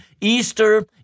Easter